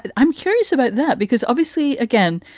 and i'm curious about that because obviously, again,